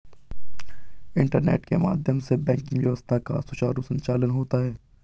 internet के माध्यम से बैंकिंग व्यवस्था का सुचारु संचालन होता है